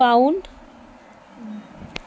pound